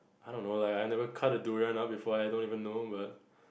I don't know I never cut a durian up before I don't even know but